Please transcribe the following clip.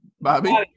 Bobby